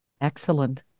Excellent